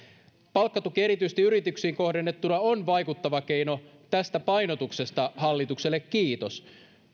palkkatuki erityisesti yrityksiin kohdennettuna on vaikuttava keino tästä painotuksesta hallitukselle kiitos